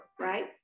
right